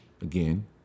again